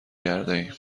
کردهایم